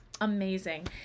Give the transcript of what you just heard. amazing